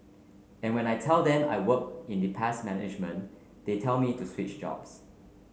and when I tell them I work in the pest management they tell me to switch jobs